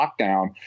lockdown